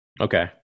Okay